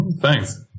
Thanks